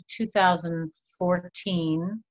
2014